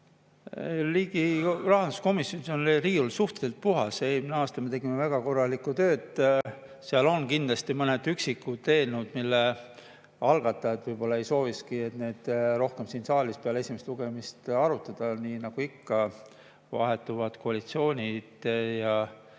Rahanduskomisjonis on riiul suhteliselt puhas, eelmisel aastal me tegime väga korralikku tööd. Seal on kindlasti mõned üksikud eelnõud, mida algatajad võib-olla ei soovikski neid rohkem siin saalis peale esimest lugemist arutada. Nii nagu ikka, vahetuvad koalitsioonid ja